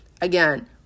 again